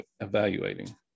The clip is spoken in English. evaluating